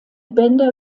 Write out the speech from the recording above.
bänder